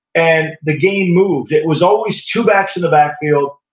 and the game moved. it was always two backs in the backfield,